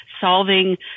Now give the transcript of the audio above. solving